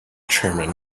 chairman